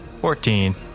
Fourteen